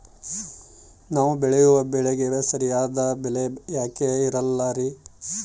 ನಾವು ಬೆಳೆಯುವ ಬೆಳೆಗೆ ಸರಿಯಾದ ಬೆಲೆ ಯಾಕೆ ಇರಲ್ಲಾರಿ?